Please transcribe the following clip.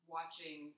watching